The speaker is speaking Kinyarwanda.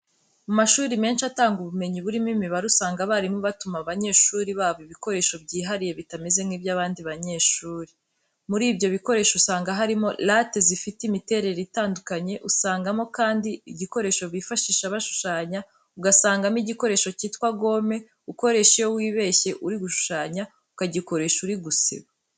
Mu mashuri menshi atanga ubumenyi burimo imibare, usanga abarimu batuma abanyeshuri babo ibikoresho byihariye bitameze nk'iby'abandi banyeshuri. Muri ibyo bikoresho usanga harimo late zifite imiterere itandukanye, usangamo kandi igikoresho bifashisha bashushanya, ugasangamo igikoresho cyitwa gome ukoresha iyo wibeshye uri gushushanya, ukagikoresha uri gusiba.